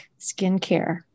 skincare